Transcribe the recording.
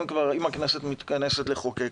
אם הכנסת מתכנסת לחוקק,